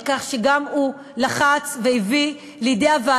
על כך שגם הוא לחץ והביא לוועדה,